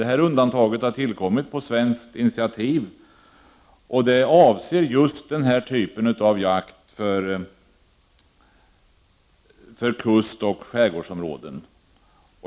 Det undantaget har tillkommit på svenskt initiativ och avser just den här typen av jakt i kustoch skärgårdsområden.